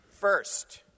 First